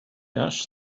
asked